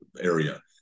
area